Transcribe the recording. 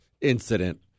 incident